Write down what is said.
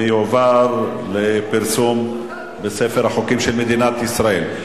ותועבר לפרסום בספר החוקים של מדינת ישראל.